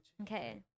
Okay